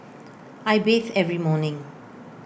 I bathe every morning